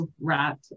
rat